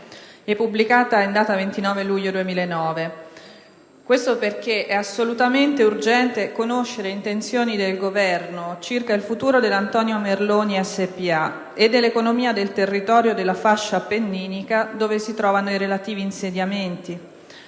e pubblicata in data 29 luglio 2009, perché è assolutamente urgente conoscere le intenzioni del Governo circa il futuro dell'Antonio Merloni Spa e dell'economia del territorio della fascia appenninica, dove si trovano i relativi insediamenti.